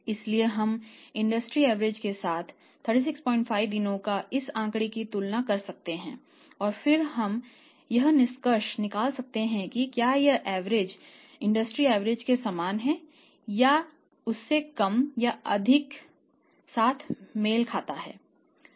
इसलिए यदि आप इस PROWESS डेटाबेस से कम या अधिक के साथ मेल खाता है